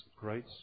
great